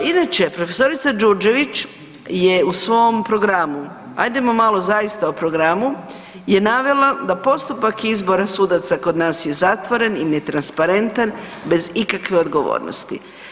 Inače profesorica Đurđević je u svom programu, hajdemo malo zaista o programu, je navela da postupak izbora sudaca kod nas je zatvoren i netransparentan bez ikakve odgovornosti.